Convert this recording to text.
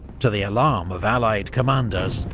to the alarm of allied commanders,